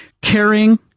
caring